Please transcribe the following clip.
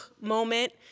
moment